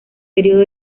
periodo